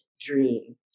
dream